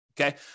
Okay